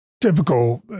typical